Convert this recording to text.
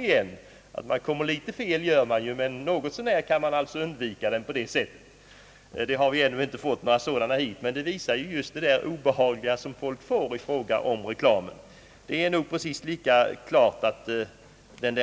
Litet fel kan man komma, men man kan något så när undvika reklamen på det sättet. Vi har ännu inte några sådana apparater här, men förekomsten av dem visar att folk tycker det är obehagligt med reklam.